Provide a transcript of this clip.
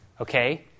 okay